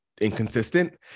inconsistent